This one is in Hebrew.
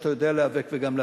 שאתה יודע להיאבק וגם להצליח.